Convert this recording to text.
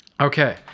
Okay